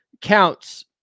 counts